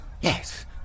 Yes